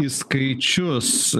į skaičius